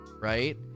right